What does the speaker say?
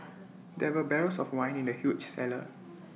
there were barrels of wine in the huge cellar